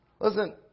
Listen